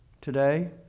today